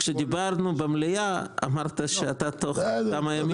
כל --- כשדיברנו במליאה אמרת שאתה תוך כמה ימים מציג רפורמה.